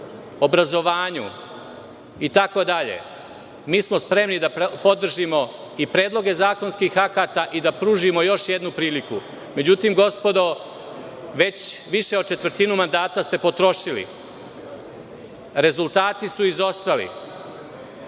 jednom kažemo, mi smo spremni da podržimo i predloge zakonskih akata i da pružimo još jednu priliku. Međutim, gospodo već više od četvrtinu mandata ste potrošili. Rezultati su izostali.